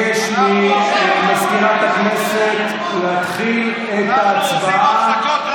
אני מבקש ממזכירת הכנסת להתחיל את ההצבעה השמית.